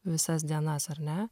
visas dienas ar ne